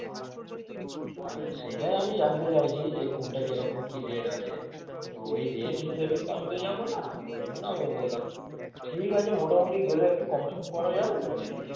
ও তাহলে সেইটাই আমি জানতে চাইছি যে কোনটা কিরকম কী রেট আছে তো ওই রেট হিসেবে তো আমি তো যাবো না ওই জন্য আমি বললাম ঠিক আছে মোটামুটি গেলে একটু কম সম করা যাবে তো না কি